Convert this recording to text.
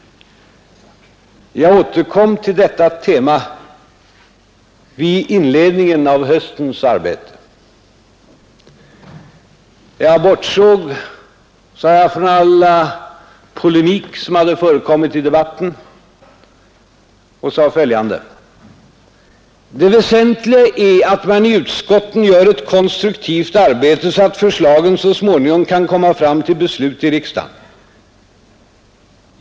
Jag återkom till detta tema vid inledningen av höstens arbete. Jag bortsåg, sade jag, från all polemik som förekommit i debatten samt tillade: ”Det väsentliga är att man i utskotten gör ett konstruktivt arbete, så att förslagen så småningom kan komma fram till beslut i riksdagen.